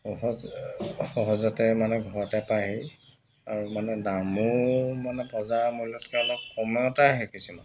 সহজ সহজতে মানে ঘৰতে পায় আৰু মানে দামো মানে বজাৰৰ মূল্যতকৈ অলপ কমতে আহে কিছুমান